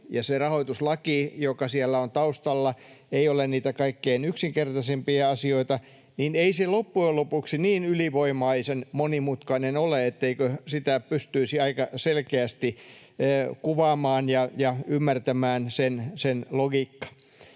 ja se rahoituslaki, joka siellä on taustalla, ei ole niitä kaikkein yksinkertaisimpia asioita, niin ei se loppujen lopuksi niin ylivoimaisen monimutkainen ole, etteikö sitä pystyisi aika selkeästi kuvaamaan ja ymmärtämään sen logiikkaa.